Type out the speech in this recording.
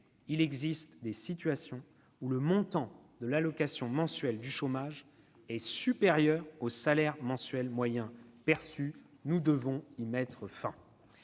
il existe des situations où le montant de l'allocation mensuelle du chômage est supérieur au salaire mensuel moyen perçu. Nous devons y mettre fin.